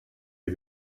ihr